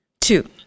Two